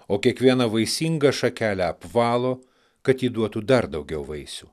o kiekvieną vaisingą šakelę apvalo kad ji duotų dar daugiau vaisių